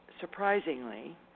surprisingly